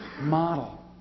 model